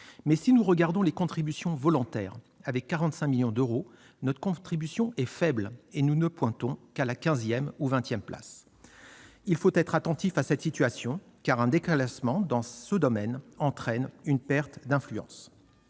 Mais si nous regardons les contributions volontaires, avec 45 millions d'euros, notre contribution est faible et nous ne pointons qu'à la quinzième ou vingtième place. Il faut être attentif à cette situation, car un déclassement dans ce domaine entraîne une perte d'influence.